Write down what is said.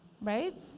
right